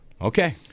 Okay